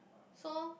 so